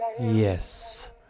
Yes